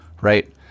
Right